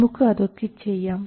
നമുക്ക് അതൊക്കെ ചെയ്യാം